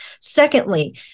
Secondly